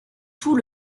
tout